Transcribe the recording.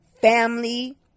family